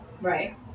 right